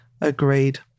Agreed